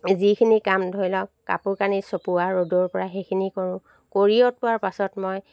যিখিনি কাম ধৰি লওক কাপোৰ কানি চপোৱা ৰ'দৰ পৰা সেইখিনি কৰো কৰি অতোৱাৰ পাছত মই